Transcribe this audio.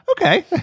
okay